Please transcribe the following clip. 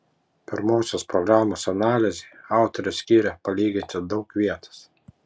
pirmosios programos analizei autorius skiria palyginti daug vietos